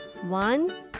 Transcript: One